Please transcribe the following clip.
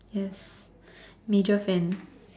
yes major fan